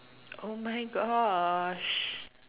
!oh-my-gosh!